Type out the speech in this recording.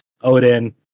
Odin